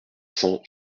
cents